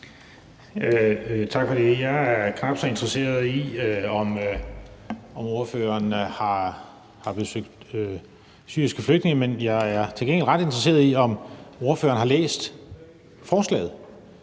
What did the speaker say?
Tak for det. Jeg er knap så interesseret i, om ordføreren har besøgt syriske flygtninge, men jeg er til gengæld ret interesseret i, om ordføreren har læst forslaget,